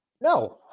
No